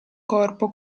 corpo